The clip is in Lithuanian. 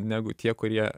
negu tie kurie